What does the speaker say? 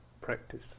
practice